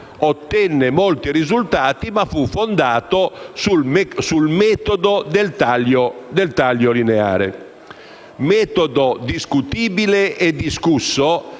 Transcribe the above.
ottenne molti risultati, ma che fu fondato sul metodo del taglio lineare: metodo discutibile e discusso,